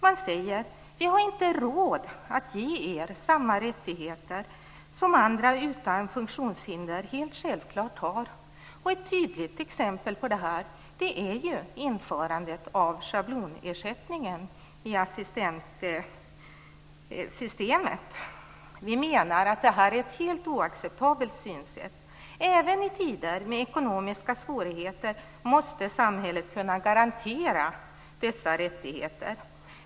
Man säger: Vi har inte råd att ge er samma rättigheter som de utan funktionshinder helt självklart har. Ett tydligt exempel är införandet av schablonersättningen i assistanssystemet. Vi menar att det här är ett helt oacceptabelt synsätt. Även i tider med ekonomiska svårigheter måste samhället kunna garantera dessa rättigheter.